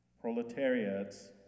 proletariats